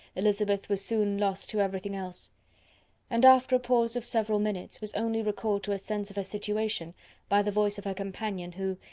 elizabeth was soon lost to everything else and, after a pause of several minutes, was only recalled to a sense of her situation by the voice of her companion, who,